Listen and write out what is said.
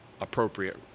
appropriate